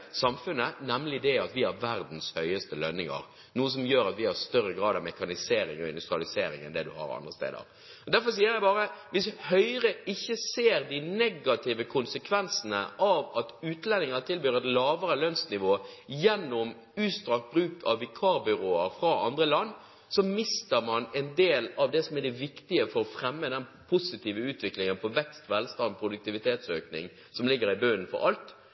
samfunnet, nemlig det at vi har verdens høyeste lønninger, noe som gjør at vi har større grad av mekanisering og industrialisering enn det man har andre steder. Derfor sier jeg bare: Hvis Høyre ikke ser de negative konsekvensene av at utlendinger tilbys et lavere lønnsnivå gjennom utstrakt bruk av vikarbyråer fra andre land, mister man en del av det som er det viktige for å fremme den positive utviklingen når det gjelder vekst, velstand og produktivitetsøkning, som ligger i bunnen for alt.